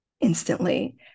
instantly